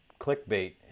clickbait